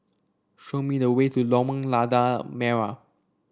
show me the way to Lorong Lada Merah